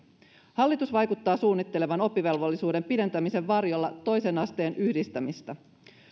hallitus vaikuttaa suunnittelevan oppivelvollisuuden pidentämisen varjolla toisen asteen yhdistämistä